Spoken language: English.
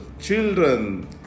children